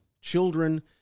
Children